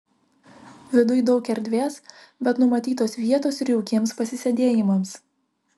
viduj daug erdvės bet numatytos vietos ir jaukiems pasisėdėjimams